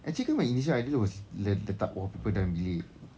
actually kan my initial idea was le~ letak wallpaper dalam bilik